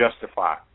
justify